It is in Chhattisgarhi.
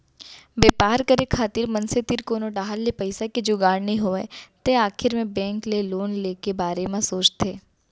बेपार करे खातिर मनसे तीर कोनो डाहर ले पइसा के जुगाड़ नइ होय तै आखिर मे बेंक ले लोन ले के बारे म सोचथें